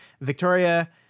Victoria